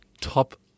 Top